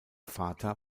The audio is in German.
vater